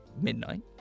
midnight